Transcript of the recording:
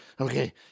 okay